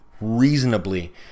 reasonably